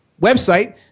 website